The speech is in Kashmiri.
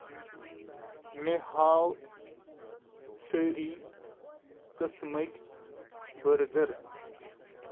مےٚ ہاو سٲرِی قسمٕکۍ بٔرگر